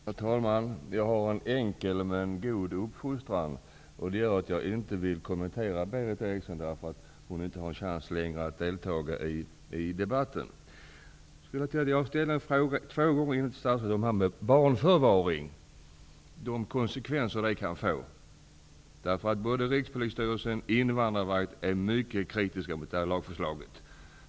Herr talman! Jag har en enkel men god uppfostran, vilket gör att jag inte vill kommentera det som Berith Eriksson sade, eftersom hon inte längre har någon chans att delta i debatten. Jag har två gånger ställt en fråga till statsrådet om barnförvaring och de konsekvenser det kan få. Både Rikspolisstyrelsen och Invandrarverket är mycket kritiska till lagförslaget.